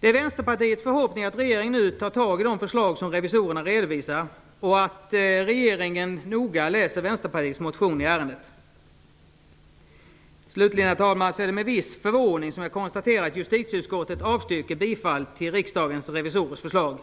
Det är Vänsterpartiets förhoppning att regeringen nu tar tag i de förslag som revisorerna redovisar och noga läser Vänsterpartiets motion i ärendet. Slutligen, herr talman, vill jag säga att det är med viss förvåning jag konstaterar att justitieutskottet avstyrker bifall till Riksdagens revisorers förslag.